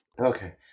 Okay